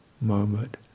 moment